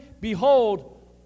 Behold